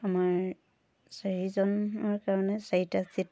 আমাৰ চাৰিজনৰ কাৰণে চাৰিটা ছিট